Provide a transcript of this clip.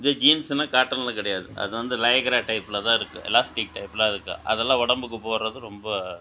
இது ஜீன்ஸுனா காட்டனில் கிடையாது அது வந்து லைக்ரா டைப்பில தான் இருக்கு எலாஸ்டிக் டைப்லாம் இருக்கு அதெல்லாம் உடம்புக்கு போடுறது ரொம்ப